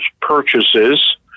purchases